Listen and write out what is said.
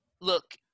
Look